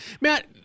Matt